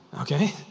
Okay